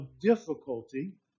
difficulty